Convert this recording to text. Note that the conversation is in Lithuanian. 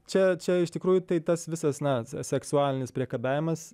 čia čia iš tikrųjų tai tas visas net seksualinis priekabiavimas